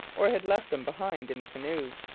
or had left them behind in the canoes.